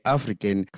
African